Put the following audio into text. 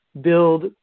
build